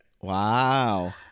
Wow